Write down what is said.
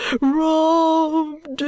robbed